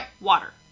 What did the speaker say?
water